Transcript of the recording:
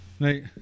Right